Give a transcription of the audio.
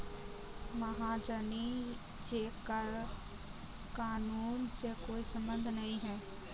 महाजनी चेक का कानून से कोई संबंध नहीं है